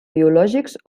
biològics